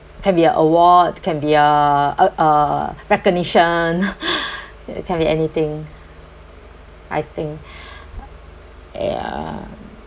can be a award can be a uh uh recognition it can be anything I think ya